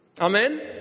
Amen